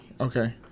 Okay